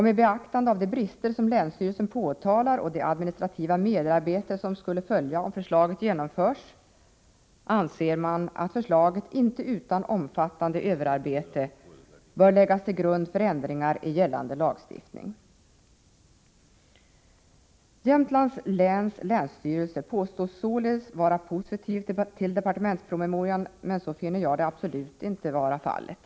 Med beaktande av de brister som länsstyrelsen påtalar och det administrativa merarbete som skulle följa om förslaget genomförs, anser man att förslaget inte utan omfattande överarbete bör läggas till grund för ändringar i gällande lagstiftning. Jämtlands läns länsstyrelse påstås således vara positiv till departementspromemorian, men så finner jag absolut inte vara fallet.